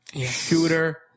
Shooter